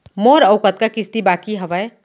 मोर अऊ कतका किसती बाकी हवय?